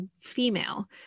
female